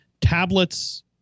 Tablets